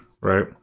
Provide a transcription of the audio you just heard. right